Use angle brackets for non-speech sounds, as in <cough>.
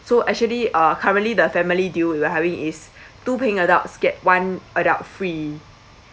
so actually uh currently the family deal we are having is <breath> two paying adults get one adult free